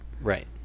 Right